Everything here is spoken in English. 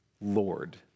Lord